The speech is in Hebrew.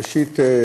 ראשית,